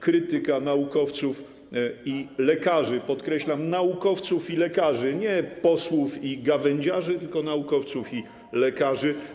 Krytyka naukowców i lekarzy”, podkreślam: naukowców i lekarzy, nie posłów i gawędziarzy, tylko naukowców i lekarzy.